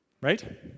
right